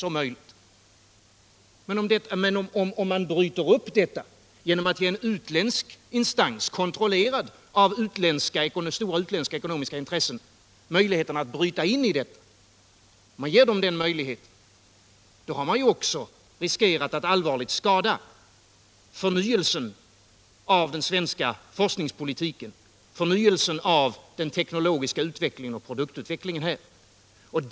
Om man bryter upp detta genom att ge en utländsk instans, kontrollerad av stora utländska ekonomiska intressen, möjlighet att ta sig in på detta område, riskerar man att allvarligt skada förnyelsen av den svenska forskningspolitiken samt förnyelsen av den teknologiska utvecklingen och produktutvecklingen här i landet.